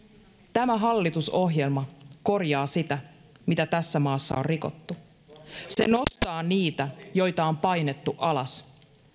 tämä hallitusohjelma korjaa sitä mitä tässä maassa on rikottu se nostaa niitä joita on painettu alas